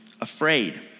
afraid